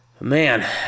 Man